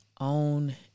own